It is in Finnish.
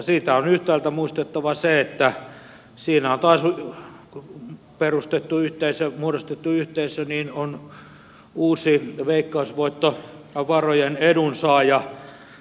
siitä on yhtäältä muistettava se että siinä taas muodostettu yhteisö on uusi veikkausvoittovarojen edunsaaja